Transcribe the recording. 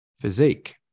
physique